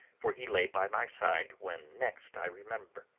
for he lay by my side when next i remember.